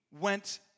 went